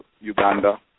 Uganda